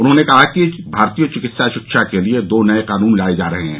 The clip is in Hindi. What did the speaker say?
उन्होंने कहा कि भारतीय चिकित्सीय शिक्षा के लिए दो नये कानून लाए जा रहे हैं